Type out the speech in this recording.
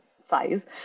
size